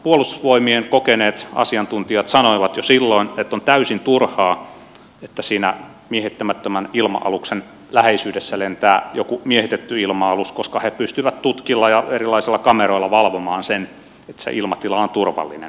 puolustusvoimien kokeneet asiantuntijat sanoivat jo silloin että on täysin turhaa että siinä miehittämättömän ilma aluksen läheisyydessä lentää joku miehitetty ilma alus koska he pystyvät tutkilla ja erilaisilla kameroilla valvomaan sen että se ilmatila on turvallinen